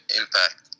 impact